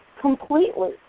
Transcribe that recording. completely